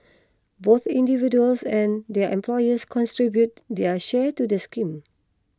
both individuals and their employers contribute their share to the scheme